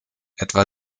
etwa